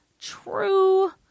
true